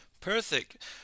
perfect